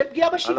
של פגיעה בשוויון,